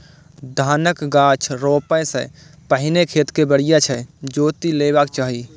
धानक गाछ रोपै सं पहिने खेत कें बढ़िया सं जोति लेबाक चाही